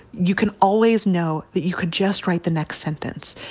you can always know that you could just write the next sentence.